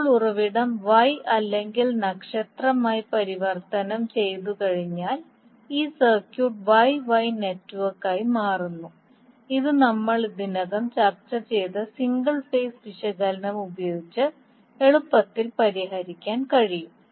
ഇപ്പോൾ ഉറവിടം Y അല്ലെങ്കിൽ നക്ഷത്രമായി പരിവർത്തനം ചെയ്തുകഴിഞ്ഞാൽ ഈ സർക്യൂട്ട് Y Y നെറ്റ്വർക്കായി മാറുന്നു ഇത് നമ്മൾ ഇതിനകം ചർച്ച ചെയ്ത സിംഗിൾ ഫേസ് വിശകലനം ഉപയോഗിച്ച് എളുപ്പത്തിൽ പരിഹരിക്കാൻ കഴിയും